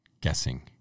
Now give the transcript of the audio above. guessing